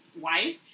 wife